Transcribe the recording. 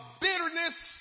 bitterness